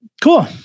Cool